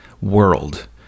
world